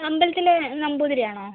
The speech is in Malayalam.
അമ്പലത്തിൻ്റെ നമ്പൂതിരിയാണോ